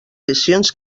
sessions